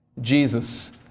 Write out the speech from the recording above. Jesus